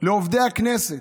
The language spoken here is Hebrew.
לעובדי הכנסת: